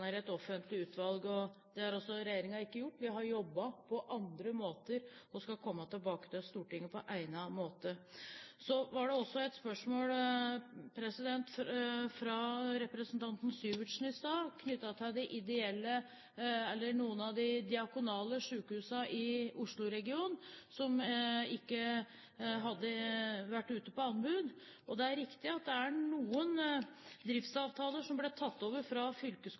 ned et offentlig utvalg. Det har altså ikke regjeringen gjort; vi har jobbet på andre måter og skal komme tilbake til Stortinget på egnet måte. Så var det også et spørsmål fra representanten Syversen i stad, knyttet til noen av de diakonale sykehusene i Oslo-regionen som ikke hadde vært ute på anbud. Det er riktig at det er noen driftsavtaler som ble tatt over fra